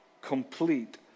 complete